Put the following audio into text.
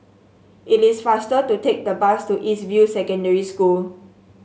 it is faster to take the bus to East View Secondary School